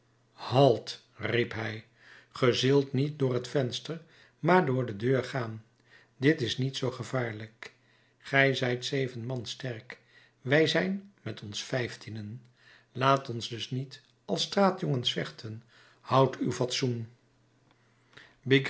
halt riep hij gij zult niet door het venster maar door de deur gaan dit is niet zoo gevaarlijk gij zijt zeven man sterk wij zijn met ons vijftienen laat ons dus niet als straatjongens vechten houdt uw fatsoen